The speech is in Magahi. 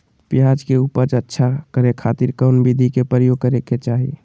प्याज के उपज अच्छा करे खातिर कौन विधि के प्रयोग करे के चाही?